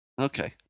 Okay